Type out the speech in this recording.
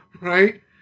right